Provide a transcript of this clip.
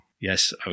Yes